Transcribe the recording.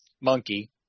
Monkey